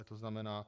To znamená.